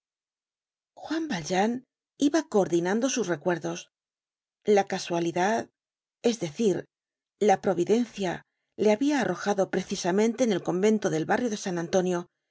juan valjean iba coordinando sus recuerdos la casualidad es decir la providencia le habia arrojado precisamente en el convento del barrio de san antonio en que